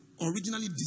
Originally